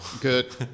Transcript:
good